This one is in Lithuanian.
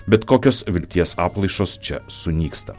bet kokios vilties atplaišos čia sunyksta